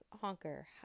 honker